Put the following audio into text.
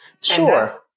sure